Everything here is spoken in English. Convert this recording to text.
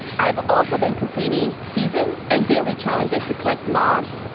i've also been completing season and daily challenges to collect mobs,